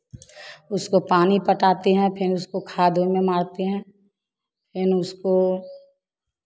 उसको पानी पटाते है फिर उसको खाद ओमे मरते हैं फिर उसको